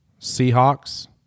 seahawks